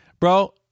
Bro